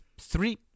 three